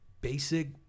basic